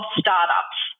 startups